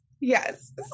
Yes